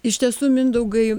iš tiesų mindaugai